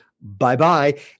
bye-bye